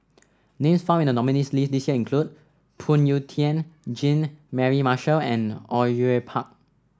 names found in the nominees' list this year include Phoon Yew Tien Jean Mary Marshall and Au Yue Pak